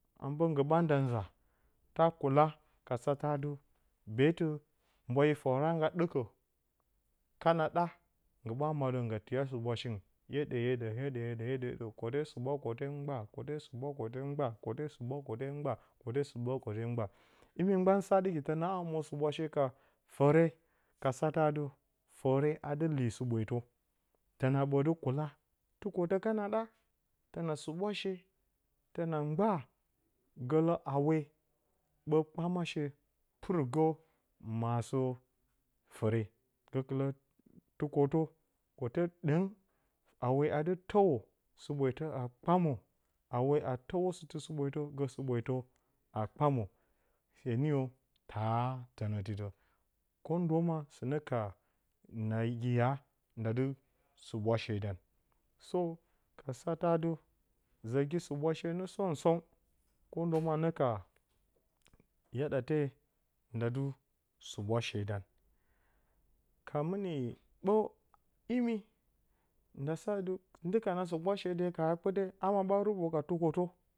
A mbǝǝ nggɨ ɓa nda nza ta kula ka satǝ atɨ beetɨ mwayi fǝra ngga ɗɨkǝ kana naa nggɨ ɓa maɗǝ ngga tiya suɓwashingɨn hyeɗǝ hyeɗǝ hyeɗǝ, kote suɓwa kote mgbaa kote suɓwa kote mgbaa kote suɓwa kote mgbaa kote suɓwa kote mgbaa, imi mgban sa ɗɨki tǝnaa mwo suɓwshe ka fǝre ka atɨ fǝre a dɨ li sɨɓwetǝ tǝna ɓǝ dɨ kula tukotǝ kana ɗa tǝnaɓǝ suɓwashe gǝ hawe ɓǝ kpama sheepɨrgǝ aasǝ fǝre gǝkɨlǝ tukotǝ kote ɗǝng hawe a dɨ tǝwo sɨɓwetǝ a kpamǝ hawe tǝwo sɨtɨ sɨʊetǝ gǝ sɨɓwetǝ a kpamǝ, femirǝ taa tǝnǝti dǝ ko ndo ma sɨnǝ ka nagi ya nda dɨ suɓwa. Sǝ ka satǝ atɨ zǝrgi suɓwashe nǝ som-som ko ndo ma nee ka yadate nda dɨ suɓwashe dan. Ka mɨni ɓǝ imi nda sa atɨ ndɨka na suɓwa shee de ka hakpɨte ama ɓa ruɓo ka tukotǝ